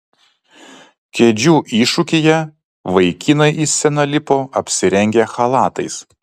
kėdžių iššūkyje vaikinai į sceną lipo apsirengę chalatais